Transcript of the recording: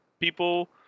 people